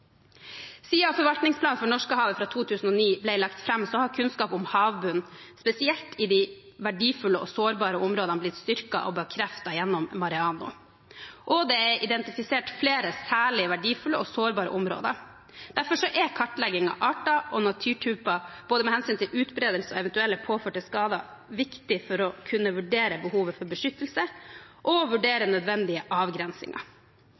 forvaltningsplanen for Norskehavet for 2009 ble lagt fram, har kunnskap om havbunnen, spesielt i de verdifulle og sårbare områdene, blitt styrket og bekreftet gjennom MAREANO, og det er identifisert flere særlig verdifulle og sårbare områder. Derfor er kartlegging av arter og naturtyper, med hensyn til både utbredelse og eventuelle påførte skader, viktig for å kunne vurdere behovet for beskyttelse og nødvendige avgrensinger.